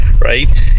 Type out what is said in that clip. right